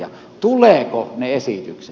tulevatko ne esitykset